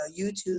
YouTube